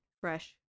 fresh